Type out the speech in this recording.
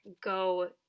go